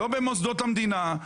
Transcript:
לא במוסדות המדינה,